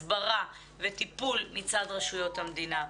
הסברה וטיפול מצד רשויות המדינה.